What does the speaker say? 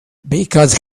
because